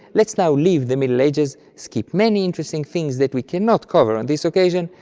let's now leave the middle ages, skip many interesting things that we cannot cover on this occasion,